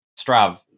Strav